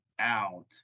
out